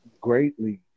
greatly